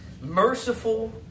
merciful